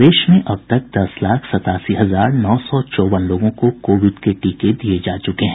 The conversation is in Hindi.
प्रदेश में अब तक दस लाख सतासी हजार नौ सौ चौवन लोगों को कोविड के टीके दिये जा चूके हैं